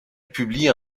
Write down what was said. publie